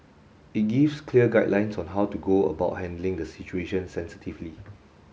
it gives clear guidelines on how to go about handling the situation sensitively